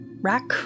rack